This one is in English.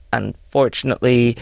unfortunately